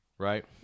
right